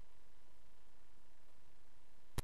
זה מה שאני חושבת, כן,